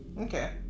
Okay